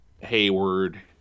Hayward